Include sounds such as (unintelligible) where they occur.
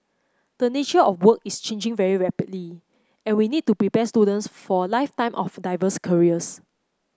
the nature of work is changing very rapidly and we need to prepare students (unintelligible) for a lifetime of diverse careers